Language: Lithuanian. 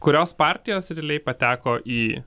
kurios partijos realiai pateko į